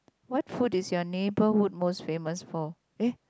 what food is your neighbourhood most famous for eh